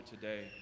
today